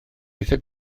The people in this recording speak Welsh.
eithaf